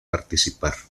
participar